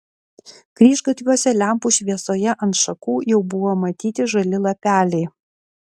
kryžgatviuose lempų šviesoje ant šakų jau buvo matyti žali lapeliai